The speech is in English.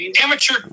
amateur